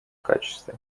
качестве